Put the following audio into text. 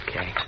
okay